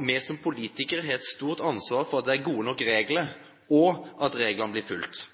Vi som politikere har et stort ansvar for at det er gode nok regler, og at reglene blir fulgt,